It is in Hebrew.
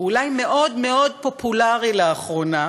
אולי מאוד מאוד פופולרי לאחרונה,